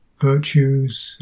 virtues